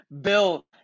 Bill